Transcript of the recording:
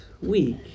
week